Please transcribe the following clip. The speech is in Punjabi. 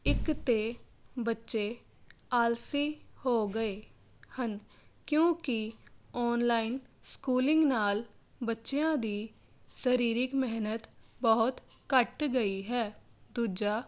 ਇੱਕ ਤਾਂ ਬੱਚੇ ਆਲਸੀ ਹੋ ਗਏ ਹਨ ਕਿਉਂਕਿ ਆਨਲਾਈਨ ਸਕੂਲਿੰਗ ਨਾਲ ਬੱਚਿਆਂ ਦੀ ਸਰੀਰਕ ਮਿਹਨਤ ਬਹੁਤ ਘੱਟ ਗਈ ਹੈ ਦੂਜਾ